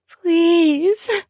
Please